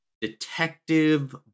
detective